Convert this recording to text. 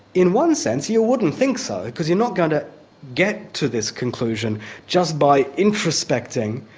in one sense, you wouldn't think so, because you're not going to get to this conclusion just by introspecting,